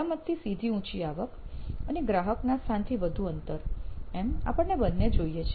મરામતથી સીધી ઊંચી આવક અને ગ્રાહકના સ્થાનથી વધુ અંતર એમ આપણને બંને જોઈએ છે